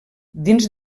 dins